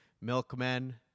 Milkmen